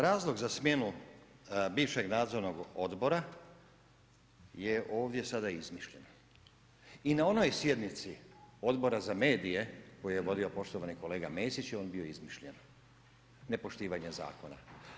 Razlog za smjenu bivšeg nadzornog odbora je ovdje sada izmišljena i na onoj sjednici Odbora za medije koju je vodio poštovani kolega Mesić je i on bio izmišljen nepoštivanja zakona.